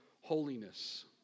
holiness